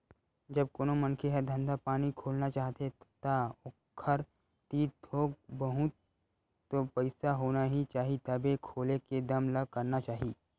जब कोनो मनखे ह धंधा पानी खोलना चाहथे ता ओखर तीर थोक बहुत तो पइसा होना ही चाही तभे खोले के दम ल करना चाही